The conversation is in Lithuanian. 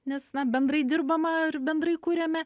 nes na bendrai dirbama ir bendrai kuriame